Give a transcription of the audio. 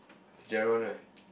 the general one right